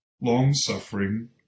long-suffering